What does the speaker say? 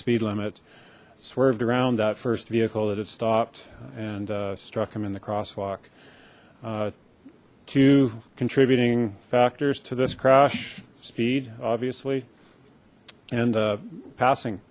speed limit swerved around that first vehicle that had stopped and struck him in the crosswalk two contributing factors to this crash speed obviously and passing